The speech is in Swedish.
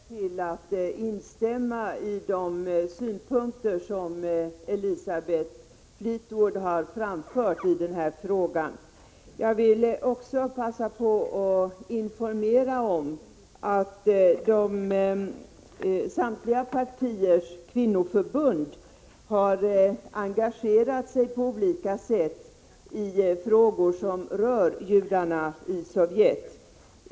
Herr talman! Centerpartiet står också bakom denna motion som gäller judarnai Sovjet. Jag inskränker mig här till att instämma i de synpunkter som Elisabeth Fleetwood har framfört. Jag vill också passa på att informera om att samtliga partiers kvinnoförbund har engagerat sig på olika sätt i frågor som rör judarna i Sovjet.